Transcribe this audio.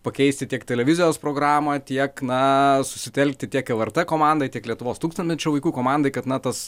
pakeisti tiek televizijos programą tiek na susitelkti tiek lrt komandai tiek lietuvos tūkstantmečio vaikų komandai kad na tas